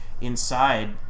inside